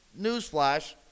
newsflash